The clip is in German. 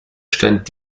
stand